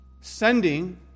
sending